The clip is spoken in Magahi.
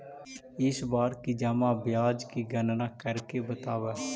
इस बार की जमा ब्याज की गणना करके बतावा